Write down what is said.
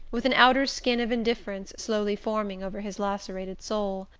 with an outer skin of indifference slowly forming over his lacerated soul.